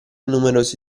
numerose